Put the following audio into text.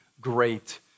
great